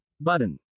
button